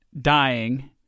dying—